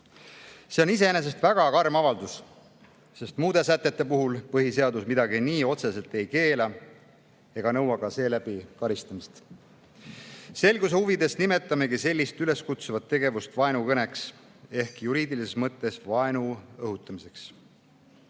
See on iseenesest väga karm avaldus, sest muudes sätetes põhiseadus midagi nii otseselt ei keela ega nõua ka seeläbi karistamist. Selguse huvides nimetamegi sellist üles kutsuvat tegevust vaenukõneks ehk juriidilises mõttes vaenu õhutamiseks. Samas